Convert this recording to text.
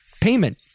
payment